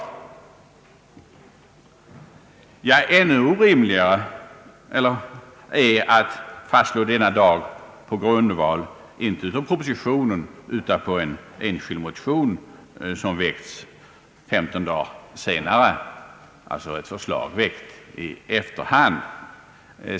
Ännu orimligare är det att fastslå denna dag på grundval inte av propositionen utan ett förslag i en enskild motion som väckts 15 dagar senare, alltså ett förslag väckt i efterhand.